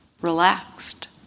relaxed